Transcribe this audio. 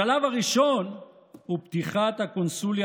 השלב הראשון הוא פתיחת הקונסוליה